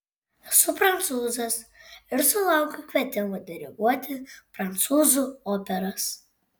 esu prancūzas ir sulaukiu kvietimų diriguoti prancūzų operas